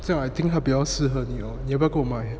这样 I think 他比较适合你 lor 你要不要跟我买